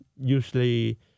usually